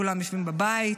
כולם יושבים בבית,